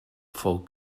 fou